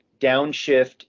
downshift